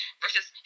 versus